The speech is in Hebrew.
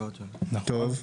טוב.